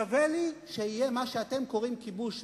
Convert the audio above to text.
שווה לי שיהיה מה שאתם קוראים כיבוש,